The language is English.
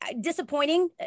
Disappointing